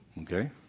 Okay